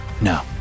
No